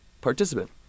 participant